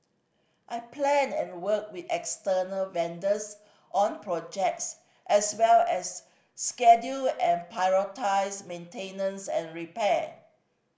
I plan and work with external vendors on projects as well as schedule and prioritise maintenance and repair